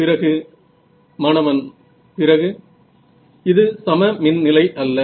பிறகு மாணவன் பிறகு இது சம மின் நிலை அல்ல